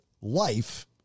life